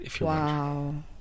Wow